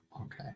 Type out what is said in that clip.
Okay